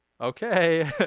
Okay